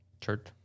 Church